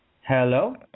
Hello